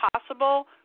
possible